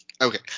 okay